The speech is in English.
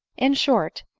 in short,